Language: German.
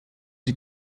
sie